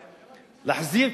להחזיר,